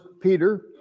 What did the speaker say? Peter